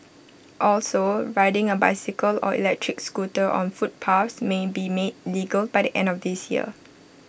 also riding A bicycle or electric scooter on footpaths may be made legal by the end of this year